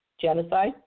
genocide